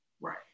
right